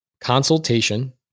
consultation